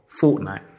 Fortnite